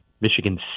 Michigan